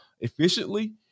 efficiently